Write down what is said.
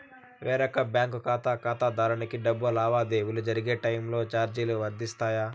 వేరొక బ్యాంకు ఖాతా ఖాతాదారునికి డబ్బు లావాదేవీలు జరిగే టైములో చార్జీలు వర్తిస్తాయా?